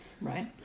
right